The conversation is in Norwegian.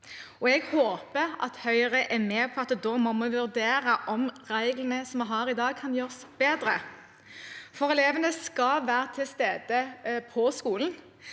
Jeg håper at Høyre er med på at vi da må vurdere om reglene som vi har i dag, kan gjøres bedre, for elevene skal være til stede på skolen.